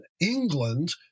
England